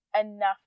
enough